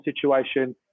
situation